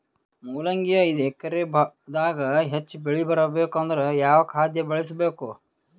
ಮೊಲಂಗಿ ಐದು ಎಕರೆ ದಾಗ ಹೆಚ್ಚ ಬೆಳಿ ಬರಬೇಕು ಅಂದರ ಯಾವ ಖಾದ್ಯ ಬಳಸಬೇಕು?